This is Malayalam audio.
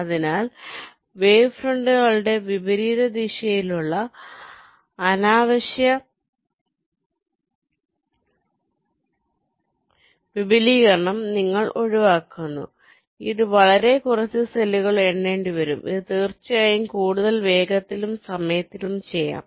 അതിനാൽ വേവ് ഫ്രണ്ടുകളുടെ വിപരീത ദിശയിലുള്ള അനാവശ്യമായ വിപുലീകരണം നിങ്ങൾ ഒഴിവാക്കുന്നു ഇത് വളരെ കുറച്ച് സെല്ലുകൾ എണ്ണേണ്ടിവരും അത് തീർച്ചയായും കൂടുതൽ വേഗത്തിലും സമയത്തിലും ചെയ്യാം